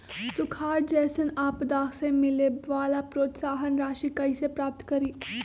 सुखार जैसन आपदा से मिले वाला प्रोत्साहन राशि कईसे प्राप्त करी?